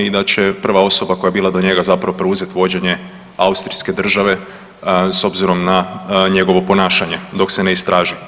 Inače je prva osoba koja je bila do njega zapravo preuzet vođenje Austrijske države s obzirom na njegovo ponašanje dok se ne istraži.